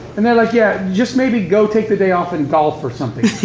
and they're like, yeah, just maybe go take the day off and golf, or something.